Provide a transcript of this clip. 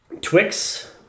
Twix